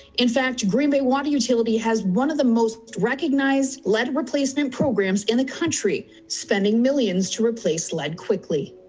in fact, green bay water utility has one of the most recognized lead replacement programs in the country. spending millions to replace lead quickly.